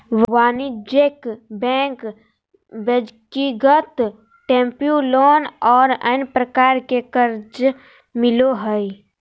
वाणिज्यिक बैंक ब्यक्तिगत tempo loan और अन्य प्रकार के कर्जा मिलो हइ